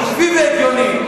הגיוני,